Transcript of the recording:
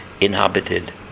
inhabited